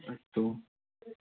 अस्तु